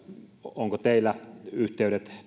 onko teillä toimivat yhteydet